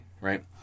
Right